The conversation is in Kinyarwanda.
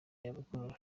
nyamukuru